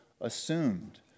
assumed